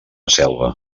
selva